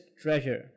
treasure